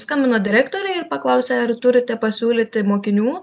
skambino direktorei ir paklausė ar turite pasiūlyti mokinių